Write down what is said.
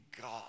God